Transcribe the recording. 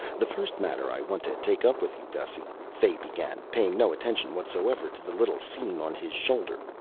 the first matter i want to take up with you, gussy, fay began, paying no attention whatsoever to the little scene on his shoulder,